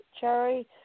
cherry